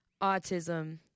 autism